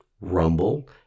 Rumble